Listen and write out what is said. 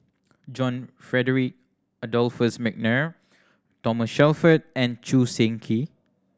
John Frederick Adolphus McNair Thomas Shelford and Choo Seng Quee